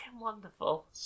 wonderful